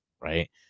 right